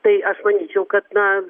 tai aš manyčiau kad na